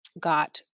got